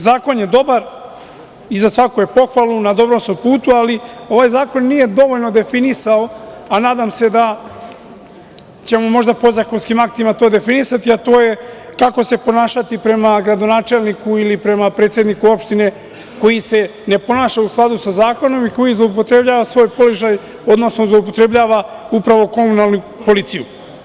Zakon je dobar i za svaku je pohvalu na dobrom su putu, ali ovaj zakon nije dovoljno definisao, a nadam se da ćemo možda podzakonskim aktima to definisati, a to je kako se ponašati prema gradonačelniku ili prema predsedniku opštine koji se ne ponaša u skladu sa zakonom i koji zloupotrebljava svoj položaj, odnosno zloupotrebljava upravo komunalnu policiju.